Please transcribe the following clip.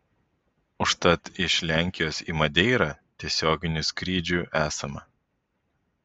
užtat iš lenkijos į madeirą tiesioginių skrydžių esama